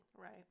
Right